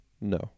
no